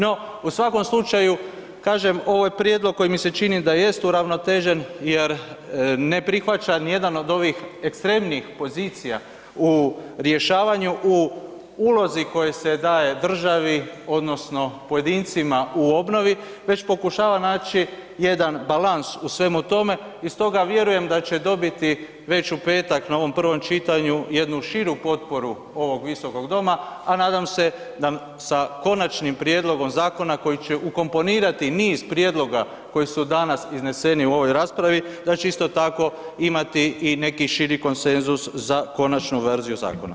No, u svakom slučaju kažem ovo je prijedlog koji mi se čini da jest uravnotežen jer ne prihvaća nijedan od ovih ekstremnih pozicija u rješavanju u ulozi koje se daje državi odnosno pojedincima u obnovi već pokušava naći jedan balans u svemu tome i stoga vjerujem da će dobiti već u petak na ovom prvom čitanju jednu širu potporu ovog visokog doma, a nadam se da sa konačnim prijedlogom zakona koji će ukomponirati niz prijedloga koji su danas izneseni u ovoj raspravi, da će isto tako imati i neki širi konsenzus za konačnu verziju zakona.